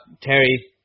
Terry